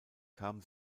kam